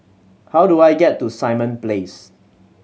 how do I get to Simon Place